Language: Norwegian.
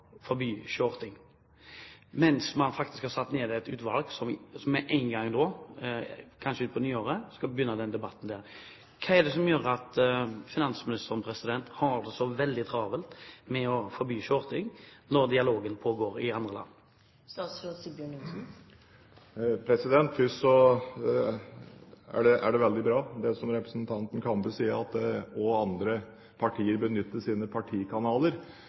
shorting, mens man altså har satt ned et utvalg som kanskje utpå nyåret skal gå i gang med den debatten. Hva er det som gjør at finansministeren har det så veldig travelt med å forby shorting, når dialogen pågår i andre land? For det første er det veldig bra det representanten Kambe sier, at også andre partier benytter sine partikanaler